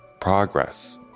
progress